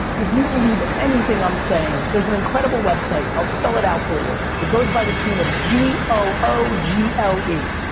if you believe anything i'm saying, there's an incredible website, i'll spell it out for you. it goes by the tune of g o o g l e.